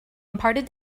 imparted